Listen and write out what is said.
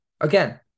Again